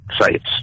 sites